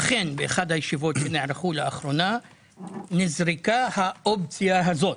אכן באחת הישיבות שנערכו באחרונה נזרקה האופציה הזו.